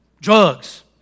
Drugs